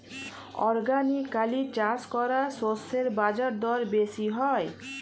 organically চাষ করা শস্যের বাজারদর বেশি হয়